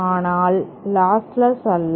ஆனால் லாஸ்லெஸ் அல்ல